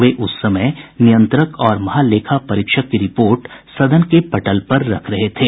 वे उस समय नियंत्रक और महालेखा परीक्षक की रिपोर्ट सदन के पटल पर रख रहे थे